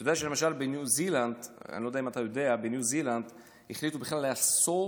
אתה יודע למשל שבניו זילנד החליטו בכלל לאסור